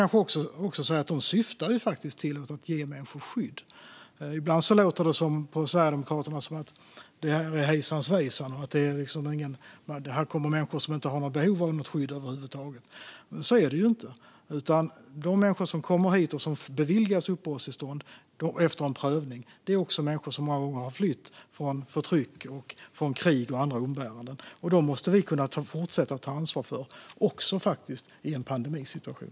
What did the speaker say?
Syftet med regelverken är faktiskt att ge människor skydd. Ibland låter det på Sverigedemokraterna som att det är hejsan svejsan och att det kommer människor som över huvud taget inte har något behov av skydd. Så är det inte. De människor som kommer hit och som efter en prövning beviljas uppehållstillstånd har många gånger flytt från förtryck, krig och andra umbäranden. Dem måste vi kunna fortsätta att ta ansvar för, också i en pandemisituation.